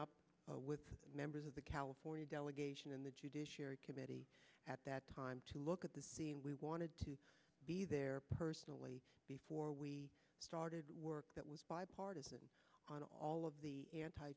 going up with members of the california delegation in the judiciary committee at that time to look at this we wanted to be there personally before we started work that was bipartisan on all of the anti